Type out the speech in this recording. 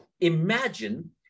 imagine